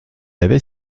avait